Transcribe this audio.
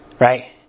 right